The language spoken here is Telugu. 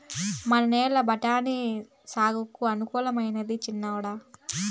మన నేల బఠాని సాగుకు అనుకూలమైనా చిన్నోడా